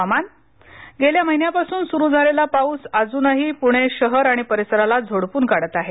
हवामान गेल्या महिन्यापासून सुरु झालेला पाऊस अजूनही पूणे शहर आणि परिसराला झोडपून काढत आहे